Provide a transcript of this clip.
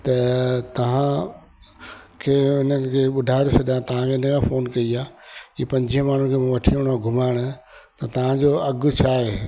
त तव्हां खे उन खे ॿुधाए छॾियां त इन लाइ फ़ोन कई आहे की पंजवीह माण्हू खे वठी वञिणो आहे घुमाइणु त तव्हांजो अघु छा आहे